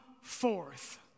forth